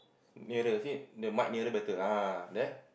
nearer you see the mike nearer better ah there